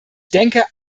denke